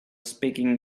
speaking